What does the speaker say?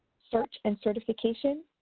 search and certification,